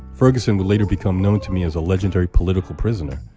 ferguson would later become known to me as a legendary political prisoner.